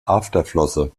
afterflosse